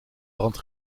brand